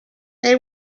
they